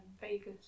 Vegas